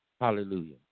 Hallelujah